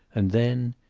and then,